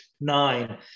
nine